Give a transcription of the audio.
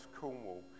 Cornwall